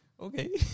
okay